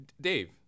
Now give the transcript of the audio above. Dave